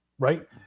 right